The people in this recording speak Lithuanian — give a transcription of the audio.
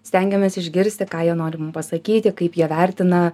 stengiamės išgirsti ką jie nori mum pasakyti kaip jie vertina